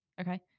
Okay